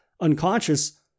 unconscious